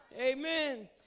Amen